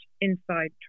Inside